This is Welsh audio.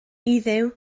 iddew